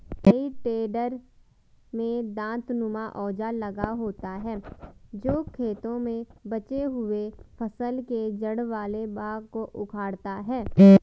हेइ टेडर में दाँतनुमा औजार लगा होता है जो खेतों में बचे हुए फसल के जड़ वाले भाग को उखाड़ता है